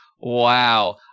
Wow